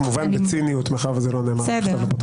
כמובן בציניות מאחר שאני לא יודע מה את חושבת.